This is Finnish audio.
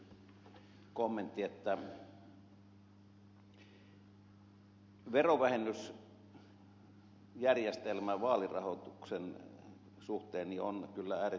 verovähennysjärjestelmä vaalirahoituksen suhteen on kyllä äärettömän haasteellinen